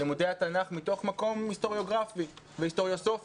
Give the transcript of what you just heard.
ללימודי התנ"ך מתוך מקום היסטוריוגרפי והיסטוריוסופי,